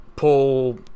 Pull